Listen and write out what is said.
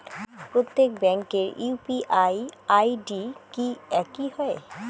প্রত্যেক ব্যাংকের UPI ID কি একই হয়?